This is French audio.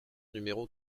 numéro